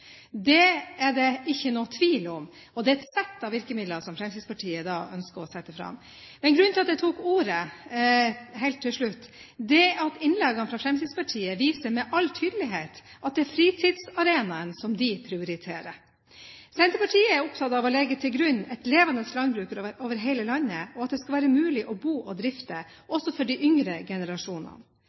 Det er det ikke noen tvil om. Det er et sett av virkemidler som Fremskrittspartiet ønsker å sette i verk. Grunnen til at jeg tok ordet helt til slutt er at innleggene med all tydelighet viser at det er fritidsarenaen som de prioriterer. Senterpartiet er opptatt av å legge til grunn et levende landbruk over hele landet, og at det skal være mulig å bo og drifte også for de yngre generasjonene.